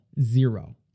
zero